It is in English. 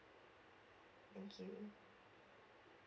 thank you